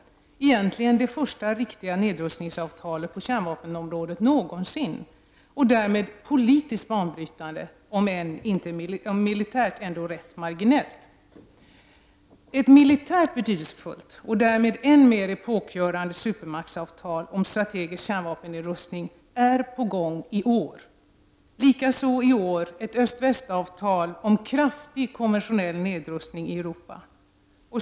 Det är egentligen det första riktiga nedrustningsavtalet på kärnvapenområdet någonsin och därmed politiskt banbrytande, om än militärt rätt marginellt. Ett militärt betydelsefullt och därmed än mer epokgörande supermaktsav tal om strategisk kärnvapennedrustning är på gång, likaså — också det i år — ett öst—väst-avtal om kraftig konventionell nedrustning i Europa.